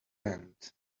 end